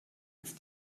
ist